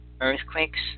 earthquakes